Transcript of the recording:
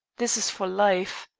this is for life.